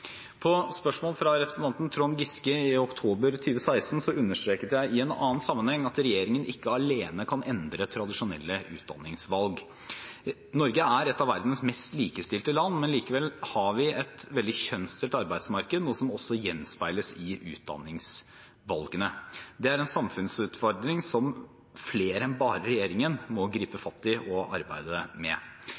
På spørsmål fra representanten Trond Giske i oktober 2016 understreket jeg i en annen sammenheng at regjeringen ikke alene kan endre tradisjonelle utdanningsvalg. Norge er et av verdens mest likestilte land. Likevel har vi et veldig kjønnsdelt arbeidsmarked, noe som også gjenspeiles i utdanningsvalgene. Det er en samfunnsutfordring som flere enn bare regjeringen må gripe fatt i og arbeide med.